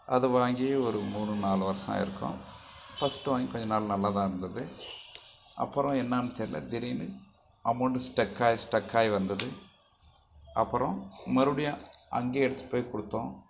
அது வாங்கி ஒரு மூணு நாலு வருஷம் ஆகிருக்கும் ஃபஸ்ட்டு வாங்கி கொஞ்ச நாள் நல்லாதான் இருந்தது அப்புறம் என்னென் தெரில திடீரெனு அமௌண்ட்டு ஸ்டக் ஆகி ஸ்டக் ஆகி வந்தது அப்புறம் மறுபடியும் அங்கே எடுத்துகிட்டு போய் கொடுத்தோம்